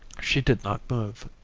she did not move.